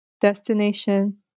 Destination